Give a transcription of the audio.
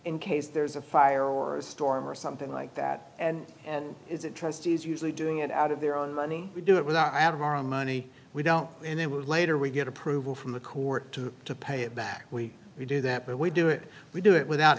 in case there's a fire or storm or something like that and and it trustees usually doing it out of their own money to do it with out of our own money we don't and it would later we get approval from the court to to pay it back we we do that but we do it we do it without